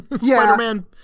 Spider-Man